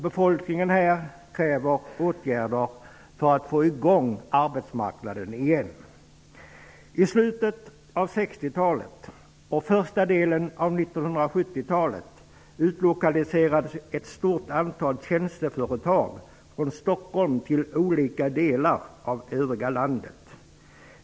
Befolkningen här kräver åtgärder för att få i gång arbetsmarknaden igen. I slutet av 60-talet och under första delen av 70-talet utlokaliserades ett stort antal tjänsteföretag från Stockholm till olika delar av övriga landet.